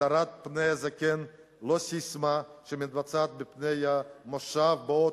"והדרת פני זקן" לא ססמה שמתמצית בפינוי המושב באוטובוס.